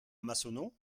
massonneau